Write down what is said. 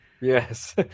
yes